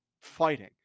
fighting